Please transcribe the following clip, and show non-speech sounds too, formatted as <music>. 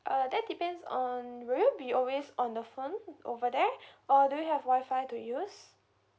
uh that depends on will you be always on the phone over there <breath> or do you have Wi-Fi to use